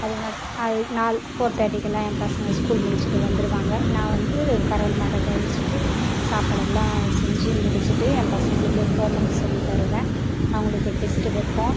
அதுங்காட் அது நால் ஃபோர் தேர்ட்டிக்கெல்லாம் என் பசங்க ஸ்கூல் முடிச்சிவிட்டு வந்துருவாங்க நான் வந்து கறவல் மாடை கவனிச்சிகிட்டு சாப்பாடெல்லாம் செஞ்சு முடிச்சிவிட்டு என் பசங்களுக்கு ஹோம்ஒர்க் சொல்லித் தருவேன் அவங்களுக்கு டெஸ்ட்டு வைப்போம்